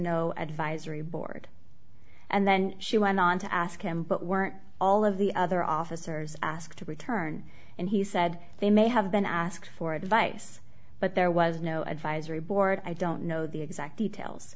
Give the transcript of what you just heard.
no advisory board and then she went on to ask him but weren't all of the other officers asked to return and he said they may have been asked for advice but there was no advisory board i don't know the exact details